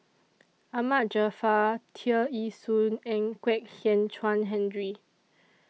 Ahmad Jaafar Tear Ee Soon and Kwek Hian Chuan Henry